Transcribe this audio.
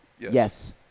Yes